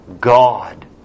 God